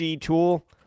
tool